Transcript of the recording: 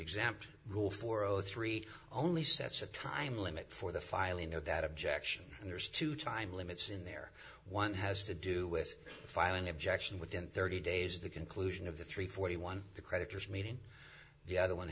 exempt rule four zero three only sets a time limit for the filing of that objection and there is two time limits in there one has to do with filing objection within thirty days the conclusion of the three forty one the creditors meeting the other one